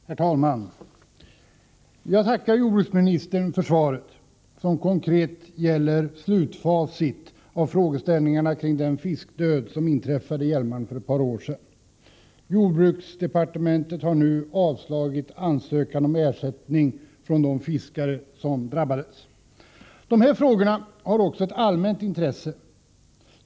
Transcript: Herr talman! Jag tackar jordbruksministern för svaret, som konkret gäller slutfacit av frågeställningarna kring den fiskdöd som inträffade i Hjälmaren för ett par år sedan. Jordbruksdepartementet har nu avslagit ansökan om ersättning från de fiskare som drabbades. Dessa frågor har också ett allmänt intresse.